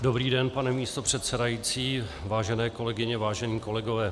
Dobrý den, pane místopředsedající, vážené kolegyně, vážení kolegové.